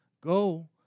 Go